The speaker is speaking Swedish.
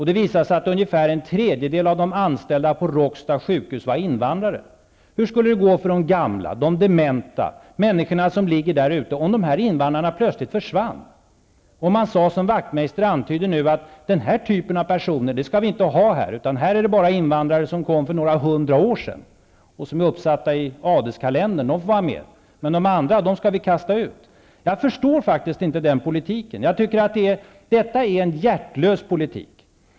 Det visade sig att ungefär en tredjedel av de anställda på Råcksta sjukhus var invandrare. Hur skulle det gå för de gamla, de dementa och för de människor som finns där om dessa invandrare plötsligt försvann? Hur skulle det gå om man sade så som Ian Wachtmeister nu antydde, att vi inte skall ha den här typen av personer här, utan här skall vi bara ha sådana invandrare som kom hit för hundra år sedan och som är uppsatta i adelskalendern? Det är bara de som får vara här, men de andra skall vi kasta ut. Jag förstår inte den politiken. Det är en hjärtlös politik.